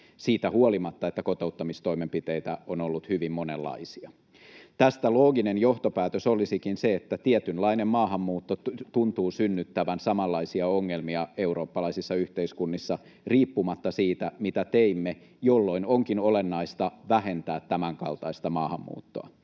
siitä huolimatta, että kotouttamistoimenpiteitä on ollut hyvin monenlaisia. Tästä looginen johtopäätös olisikin se, että tietynlainen maahanmuutto tuntuu synnyttävän samanlaisia ongelmia eurooppalaisissa yhteiskunnissa riippumatta siitä, mitä teimme, jolloin onkin olennaista vähentää tämänkaltaista maahanmuuttoa.